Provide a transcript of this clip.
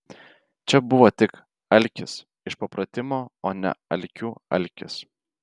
čia buvo tik alkis iš papratimo o ne alkių alkis